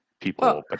people